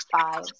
five